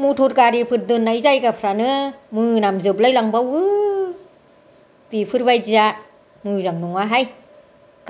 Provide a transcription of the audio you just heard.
मटर गारिफोर दोननाय जागाफ्रानो मोनामजोबलाय लांबावो बेफोरबादिया मोजां नङा हाय